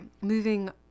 moving